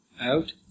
out